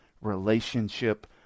relationship